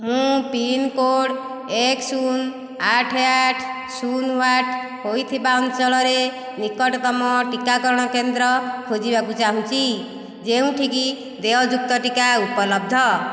ମୁଁ ପିନ୍କୋଡ଼୍ ଏକ ଶୂନ ଆଠ ଆଠ ଶୂନ ଆଠ ହୋଇଥିବା ଅଞ୍ଚଳରେ ନିକଟତମ ଟିକାକରଣ କେନ୍ଦ୍ର ଖୋଜିବାକୁ ଚାହୁଁଛି ଯେଉଁଠିକି ଦେୟଯୁକ୍ତ ଟିକା ଉପଲବ୍ଧ